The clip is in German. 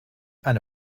eine